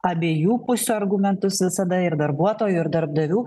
abiejų pusių argumentus visada ir darbuotojų ir darbdavių